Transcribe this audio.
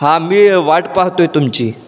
हां मी वाट पाहतो आहे तुमची